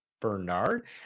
Bernard